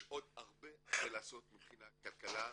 יש עוד הרבה לעשות מבחינת כלכלה,